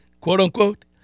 quote-unquote